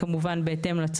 כ' בכסלו,